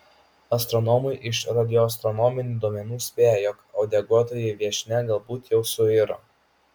astronomai iš radioastronominių duomenų spėja jog uodeguotoji viešnia galbūt jau suiro